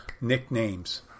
Nicknames